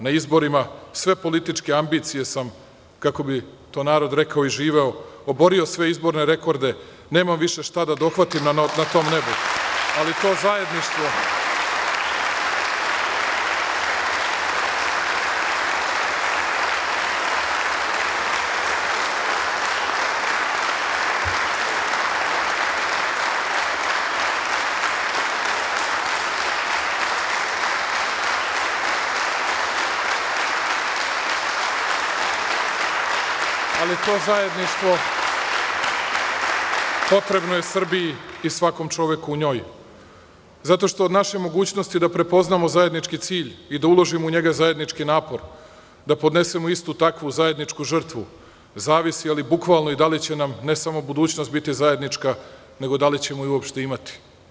Na izborima sve političke ambicije sam, kako bi to narod rekao, iživeo, oborio sve izborne rekorde i nemam više šta da dohvatim na tom nebu, ali to zajedništvo potrebno je Srbiju i svakom čoveku u njoj zato što od naše mogućnosti da prepoznamo zajednički cilj i da uložimo u njega zajednički napor, da podnesemo istu takvu zajedničku žrtvu zavisi, ali bukvalno, i da li će nam ne samo budućnost biti zajednička nego i da li ćemo je uopšte imati.